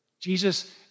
Jesus